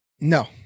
no